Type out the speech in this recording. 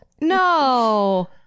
no